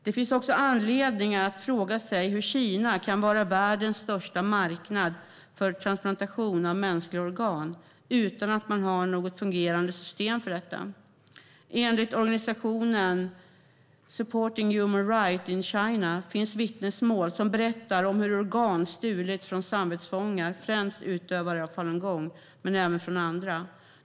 Det finns anledning att fråga sig hur Kina kan vara världens största marknad för transplantation av mänskliga organ utan att man har något fungerande system för detta. Enligt organisationen Supporting Human Rights in China finns vittnesmål som berättar om hur organ har stulits från samvetsfångar, främst utövare av falungong men även från andra.